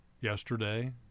yesterday